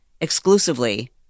exclusively